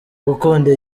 gukunda